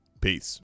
peace